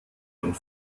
und